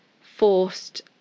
forced